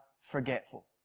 forgetful